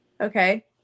Okay